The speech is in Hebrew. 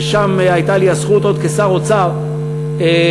ששם הייתה לי הזכות עוד כשר האוצר לאשר,